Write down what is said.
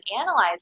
analyze